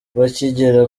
bakigera